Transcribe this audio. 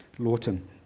Lawton